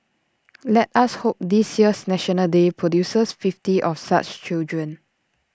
let us hope this year's National Day produces fifty of such children